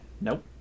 Nope